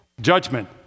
judgment